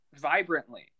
vibrantly